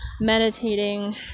meditating